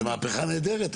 זאת מהפכה נהדרת,